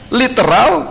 literal